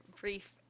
brief